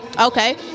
Okay